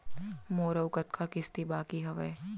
मोर अऊ कतका किसती बाकी हवय?